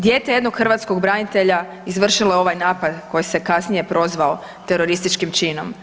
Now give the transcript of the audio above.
Dijete jednog hrvatskog branitelja izvršilo je ovaj napad koji se kasnije prozvao terorističkim činom.